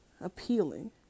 appealing